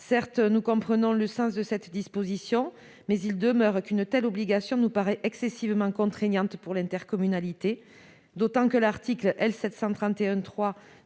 Nous comprenons le sens de cette disposition, mais une telle obligation nous paraît excessivement contraignante pour l'intercommunalité, d'autant que la